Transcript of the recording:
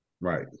Right